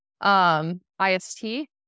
I-S-T